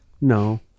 No